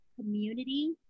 community